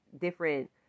different